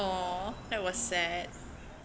!aww! that was sad